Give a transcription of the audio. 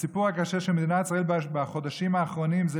הסיפור הקשה של מדינת ישראל בחודשים האחרונים זה